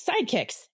sidekicks